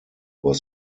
was